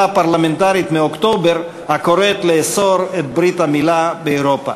הפרלמנטרית מאוקטובר הקוראת לאסור את ברית המילה באירופה.